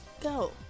Go